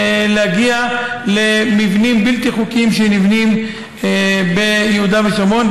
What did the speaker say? להגיע למבנים בלתי חוקיים שנבנים ביהודה ושומרון,